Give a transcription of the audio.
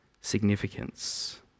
significance